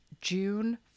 June